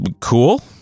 Cool